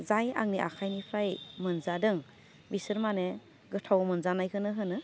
जाय आंनि आखाइनिफ्राय मोनजादों बिसोर माने गोथाव मोनजानायखौनो होनो